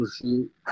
shoot